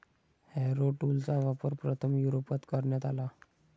Harrow टूलचा वापर प्रथम युरोपात करण्यात आला